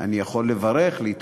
אני יכול לברך, להתפלל,